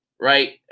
right